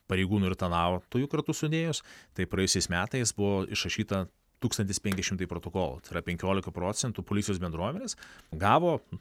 pareigūnų ir tarnautojų kartu sudėjus tai praėjusiais metais buvo išrašyta tūkstantis penki šimtai protokolų tai yra penkiolika procentų policijos bendruomenės gavo